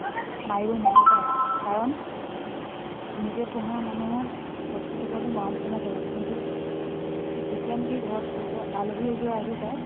মাৰিব নিবিচাৰে কাৰণ নিজে পোহা মানুহৰ বস্তুটোৰ প্ৰতি মৰম চেনেহ থাকে কিন্তু যেতিয়া নেকি ঘৰত আলহী এযোৰা আহি যায়